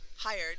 hired